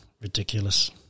ridiculous